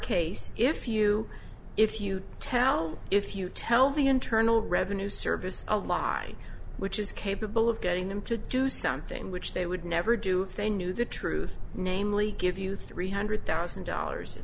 case if you if you tell if you tell the internal revenue service a lie which is capable of getting them to do something which they would never do if they knew the truth namely give you three hundred thousand dollars